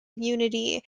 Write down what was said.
unity